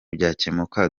byakemuka